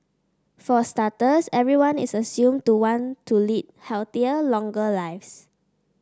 for starters everyone is assumed to want to lead healthier longer lives